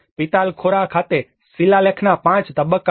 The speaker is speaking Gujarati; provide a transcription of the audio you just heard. પિતાલખોરા ખાતે શિલાલેખના 5 તબક્કાઓ